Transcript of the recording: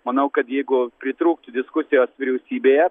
manau kad jeigu pritrūktų diskusijos vyriausybėje